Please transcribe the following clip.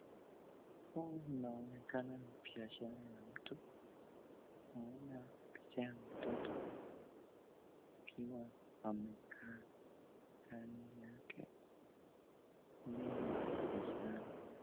Unaonekana ni biashara ya mtu. Naona biashara ya mtoto. Ikiwa amekaa ndani yake, hii ni biashara.